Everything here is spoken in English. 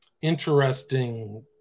interesting